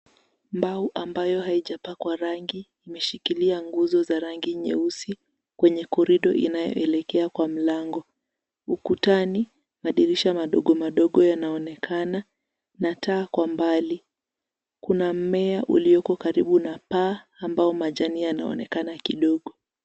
Mbao ambayo hazijapakwa rangi, zimeshikilia nguzo za rangi nyeusi kwenye corridor inayoelekea kwenye mlango. Ukutani, madirisha madogo yanaonekana kwa mbali. Kuna mmea ilioko karibu na paa ambao majani yanaonekana kidogo.